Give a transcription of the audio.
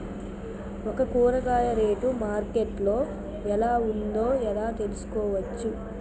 ఒక కూరగాయ rate market లో ఎలా ఉందో ఎలా తెలుసుకోవచ్చు?